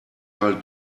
mal